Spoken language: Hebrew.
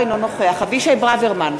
אינו נוכח אבישי ברוורמן,